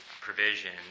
provision